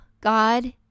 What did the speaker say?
God